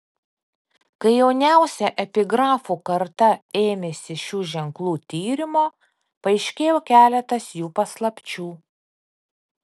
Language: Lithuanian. kai jauniausia epigrafų karta ėmėsi šių ženklų tyrimo paaiškėjo keletas jų paslapčių